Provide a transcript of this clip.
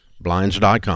blinds.com